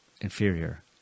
inferior